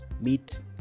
meet